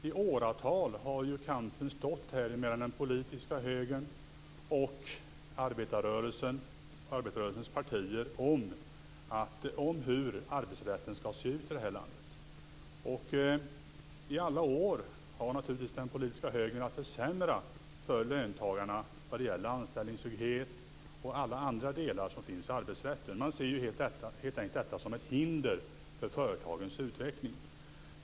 I åratal har kampen stått mellan den politiska högern och arbetarrörelsens partier om hur arbetsrätten skall se ut i det här landet. I alla år har den politiska högern velat försämra för löntagarna när det gäller anställningstrygghet och alla andra delar som ingår i arbetsrätten. Man ser arbetsrätten som ett hinder för företagens utveckling.